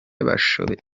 bashabe